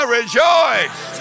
rejoice